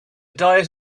diet